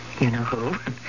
you-know-who